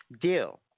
deal